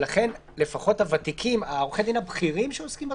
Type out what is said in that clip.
לכן עורכי הדין הבכירים שעוסקים בתחום,